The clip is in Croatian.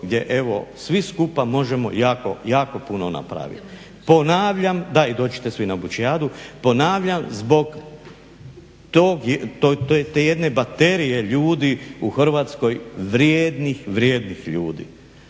gdje svi skupa možemo jako puno napraviti. Ponavljam, daj dođite svi na Bučijadu, ponavljam zbog te jedne baterije ljudi u Hrvatskoj vrijednih, vrijednih ljudi.